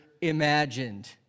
imagined